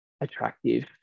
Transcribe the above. attractive